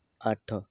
ଆଠ